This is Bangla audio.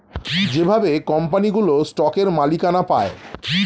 যেভাবে কোম্পানিগুলো স্টকের মালিকানা পায়